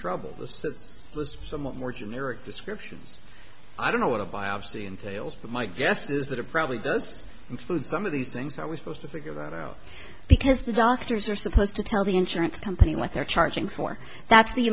trouble the stuff was somewhat more generic descriptions i don't know what a biopsy entails but my guess is that it probably does include some of these things are we supposed to figure that out because the doctors are supposed to tell the insurance company what they're charging for that's the